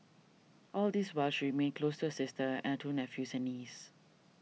all this while she remained close her sister and her two nephews and niece